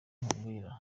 nkubwira